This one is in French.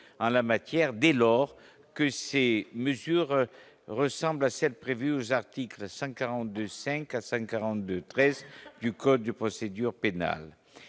en la matière, dès lors que c'est mesure ressemblent à celles prévues aux articles 142 55 42 13 du code de procédure pénale,